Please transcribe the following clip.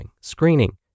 screening